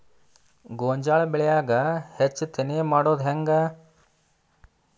ಗೋಂಜಾಳ ಬೆಳ್ಯಾಗ ಹೆಚ್ಚತೆನೆ ಮಾಡುದ ಹೆಂಗ್?